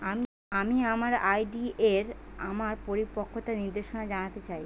আমি আমার আর.ডি এর আমার পরিপক্কতার নির্দেশনা জানতে চাই